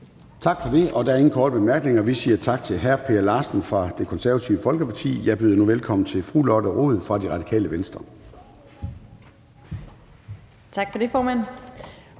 Tak for det. Der er ingen korte bemærkninger. Vi siger tak til hr. Per Larsen fra Det Konservative Folkeparti. Jeg byder nu velkommen til fru Victoria Velasquez